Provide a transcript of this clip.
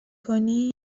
کنی